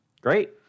Great